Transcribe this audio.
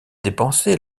dépenser